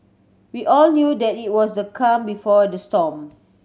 we all knew that it was the calm before the storm